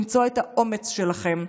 למצוא את האומץ שלכם,